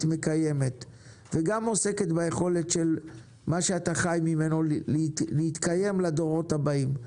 מקיימת וגם עוסקת ביכולת של מה שאתה חי ממנו להתקיים לדורות הבאים.